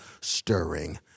stirring